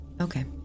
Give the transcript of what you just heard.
Okay